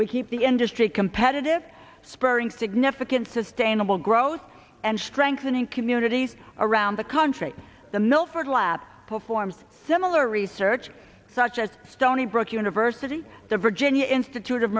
we keep the industry competitive spurring significant sustainable growth and strengthening communities around the country the milford lab performs similar research such as stony brook university the virginia institute of